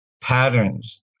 patterns